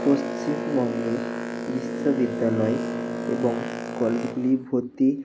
পশ্চিমবঙ্গে বিশ্ববিদ্যালয় এবং কলেজগুলি ভর্তি